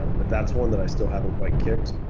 um but that's one that i still haven't quite kicked.